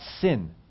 sin